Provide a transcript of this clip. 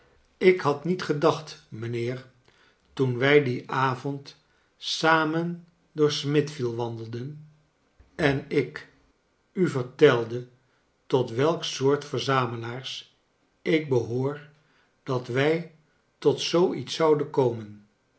ik had niet gedacht mijnheer toen wij dien avond samen door smithfield wandelden en ik u vertelde tot welk soort verzamelaars ik behoor dat wij tot zoo iets zouden komen